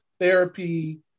therapy